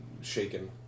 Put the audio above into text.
shaken